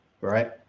right